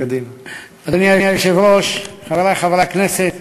אדוני היושב-ראש, חברי חברי הכנסת,